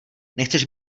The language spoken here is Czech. nechceš